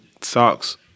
socks